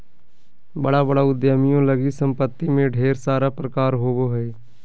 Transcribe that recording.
बड़ा बड़ा उद्यमियों लगी सम्पत्ति में ढेर सारा प्रकार होबो हइ